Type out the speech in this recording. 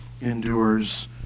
endures